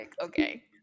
okay